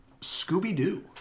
Scooby-Doo